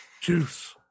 Juice